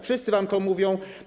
Wszyscy wam to mówią.